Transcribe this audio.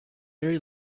jerry